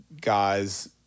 guys